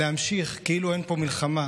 להמשיך כאילו אין פה מלחמה,